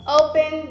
open